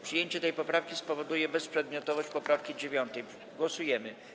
Przyjęcie tej poprawki spowoduje bezprzedmiotowość poprawki 9. Głosujemy.